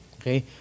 Okay